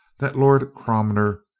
that lord cromer,